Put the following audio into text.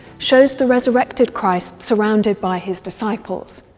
shows the resurrected christ surrounded by his disciples.